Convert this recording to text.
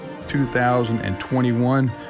2021